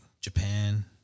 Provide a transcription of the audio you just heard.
Japan